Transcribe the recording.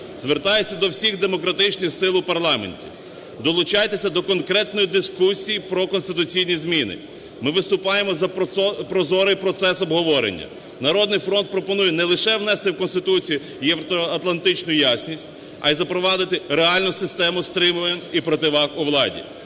Звертаюся до всіх демократичних сил у парламенті: долучайтеся до конкретної дискусії про конституційні зміни. Ми виступаємо за прозорий процес обговорення, "Народний фронт" пропонує не лише внести в Конституцію євроатлантичну ясність, а й запровадити реальну систему стримувань і противаг у владі.